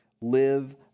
Live